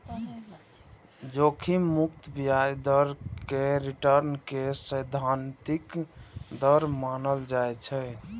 जोखिम मुक्त ब्याज दर कें रिटर्न के सैद्धांतिक दर मानल जाइ छै